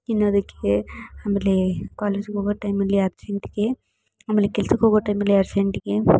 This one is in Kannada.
ಇನ್ನು ಅದಕ್ಕೆ ಆಮೇಲೆ ಕಾಲೇಜ್ಗೋಗೋ ಟೈಮಲ್ಲಿ ಅರ್ಜೆಂಟಿಗೆ ಆಮೇಲೆ ಕೆಲ್ಸಕ್ಕೋಗೋ ಟೈಮಲ್ಲಿ ಅರ್ಜೆಂಟಿಗೆ